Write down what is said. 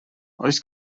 oes